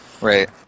Right